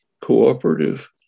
Cooperative